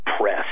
press